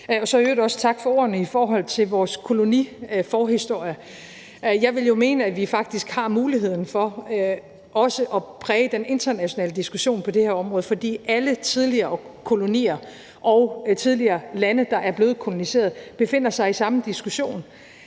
også sige tak for ordene om vores koloniforhistorie. Jeg vil jo mene, at vi faktisk har muligheden for også at præge den internationale diskussion på det her område, for alle tidligere kolonimagter og lande, der tidligere har været koloniseret, befinder sig i samme diskussion,